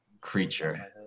creature